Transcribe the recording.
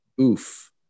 Oof